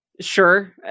sure